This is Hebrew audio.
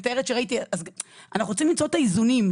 מתארת שראיתי אנחנו צריכים למצוא את האיזונים,